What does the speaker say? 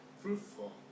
fruitful